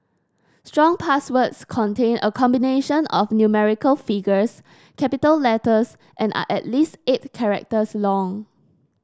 strong passwords contain a combination of numerical figures capital letters and are at least eight characters long